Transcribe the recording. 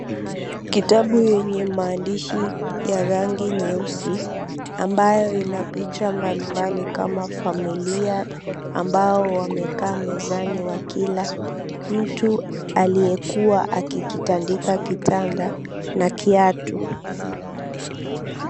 Kitabu yenye maandishi ya rangi nyeusi ambayo inapicha mbali mbali kama familia ambao wamekaa mezani wakila, mtu aliyekuwa akikitandika kitanda na kiatu.